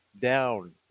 down